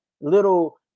little